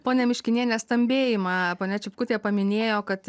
ponia miškiniene stambėjimą ponia čipkutė paminėjo kad